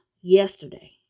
yesterday